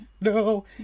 No